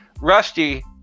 Rusty